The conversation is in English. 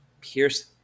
pierce